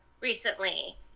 recently